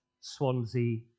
Swansea